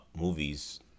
movies